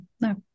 No